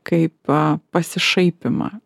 kaip pasišaipymą